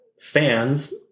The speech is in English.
fans